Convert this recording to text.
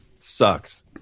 Sucks